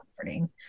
comforting